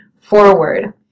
forward